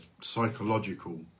psychological